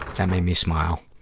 that made me smile.